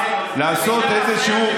לעשות איזשהו,